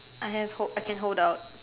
I have I can hold out